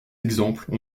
exemple